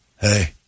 hey